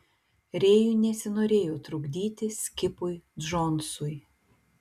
rėjui nesinorėjo trukdyti skipui džonsui